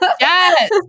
Yes